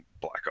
Black